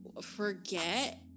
forget